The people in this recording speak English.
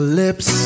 lips